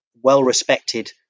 well-respected